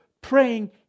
praying